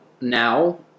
now